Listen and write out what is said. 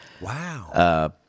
Wow